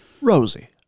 Rosie